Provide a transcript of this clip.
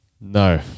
No